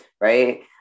Right